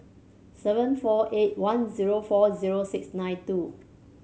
seven four eight one zero four zero six nine two